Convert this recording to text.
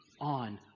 on